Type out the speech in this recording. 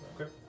Okay